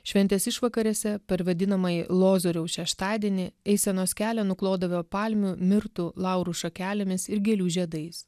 šventės išvakarėse per vadinamąjį lozoriaus šeštadienį eisenos kelią nuklodavo palmių mirtų laurų šakelėmis ir gėlių žiedais